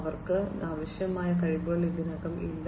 അവർക്ക് ആവശ്യമായ കഴിവുകൾ ഇതിനകം ഇല്ല